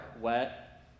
wet